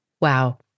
Wow